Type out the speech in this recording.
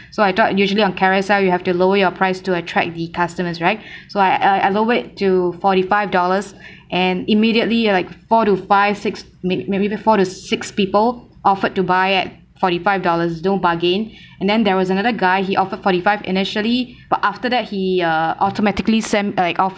so I thought usually on Carousell you have to lower your price to attract the customers right so I I lowered it to forty five dollars and immediately like four to five six may maybe before the six people offered to buy at forty five dollars don't bargain and then there was another guy he offered forty five initially but after that he uh automatically sent off